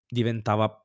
diventava